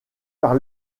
par